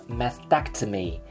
mastectomy